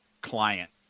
client